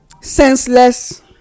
senseless